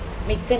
மிக்க நன்றி